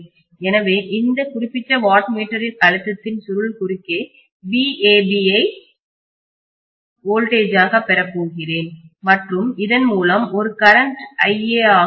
எனவே இந்த குறிப்பிட்ட வாட் மீட்டரின் அழுத்தத்தின் சுருள் குறுக்கே vAB ஐ வோல்டேஜ்மின்னழுத்தமாகப் பெறப் போகிறேன் மற்றும் இதன் மூலம் ஒரு கரண்ட் மின்னோட்டம் iA ஆக இருக்கும்